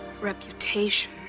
reputation